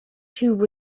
tube